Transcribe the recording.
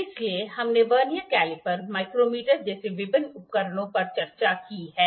इसलिए हमने vernier caliper micrometer जैसे विभिन्न उपकरणों पर चर्चा की है